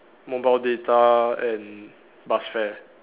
mobile data and bus fare